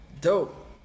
dope